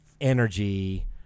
energy